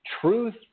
truth